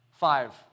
Five